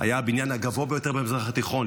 היה הבניין הגבוה ביותר במזרח התיכון,